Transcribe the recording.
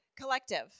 Collective